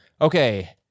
Okay